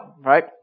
right